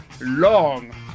long